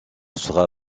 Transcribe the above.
sera